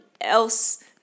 else